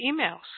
emails